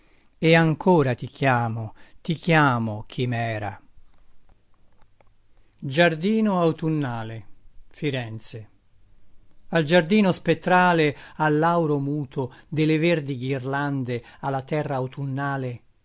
e ancora ti chiamo ti chiamo chimera canti orfici dino campana giardino autunnale firenze al giardino spettrale al lauro muto de le verdi ghirlande a la terra autunnale